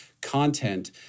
content